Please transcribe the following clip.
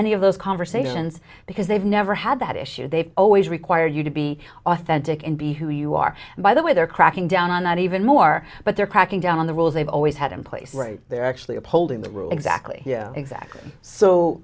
any of those conversations because they've never had that issue they've always required you to be authentic and be who you are by the way they're cracking down on that even more but they're cracking down on the rules they've always had in place right there actually upholding the rule exactly yeah exactly so